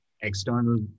external